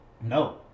No